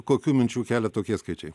kokių minčių kelia tokie skaičiai